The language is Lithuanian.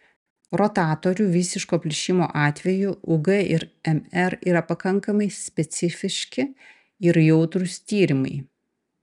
rotatorių visiško plyšimo atveju ug ir mr yra pakankamai specifiški ir jautrūs tyrimai